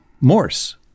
Morse